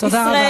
תודה רבה.